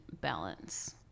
balance